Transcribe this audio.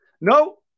No